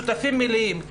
חייבים להיות שותפים מלאים,